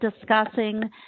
discussing